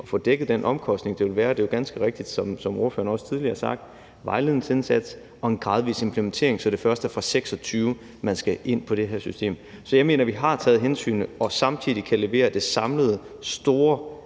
at få dækket den omkostning, det vil være. Og det er jo ganske rigtigt, som ordføreren også tidligere har sagt, at det er en vejledningsindsats og en gradvis implementering, så det først er fra 2026, man skal ind på det her system. Så jeg mener, at vi har taget hensynet, og at vi samtidig kan levere det samlet